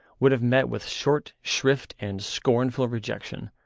would have met with short shrift and scornful rejection,